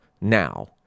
now